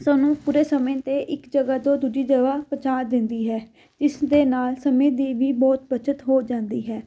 ਸਾਨੂੰ ਪੂਰੇ ਸਮੇਂ 'ਤੇ ਇੱਕ ਜਗ੍ਹਾ ਤੋਂ ਦੂਜੀ ਜਗ੍ਹਾ ਪਹੁੰਚਾ ਦਿੰਦੀ ਹੈ ਇਸ ਦੇ ਨਾਲ ਸਮੇਂ ਦੇ ਵੀ ਬਹੁਤ ਬੱਚਤ ਹੋ ਜਾਂਦੀ ਹੈ